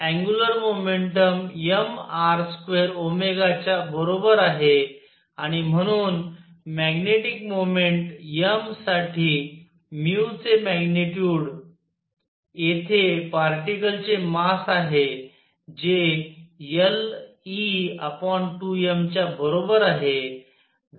angular momentum mR2 च्या बरोबर आहे आणि म्हणून मॅग्नेटिक मोमेन्ट m साठी चे मॅग्निट्युड येथे पार्टीकल चे मास आहे जे le2m च्या बरोबर आहे